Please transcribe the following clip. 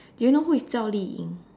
do you know is Zhao-Li-Ying